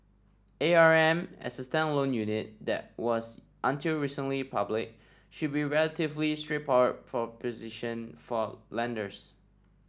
A R M as a standalone unit that was until recently public should be a relatively straightforward proposition for lenders